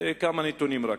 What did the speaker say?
רק כמה נתונים.